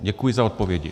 Děkuji za odpovědi.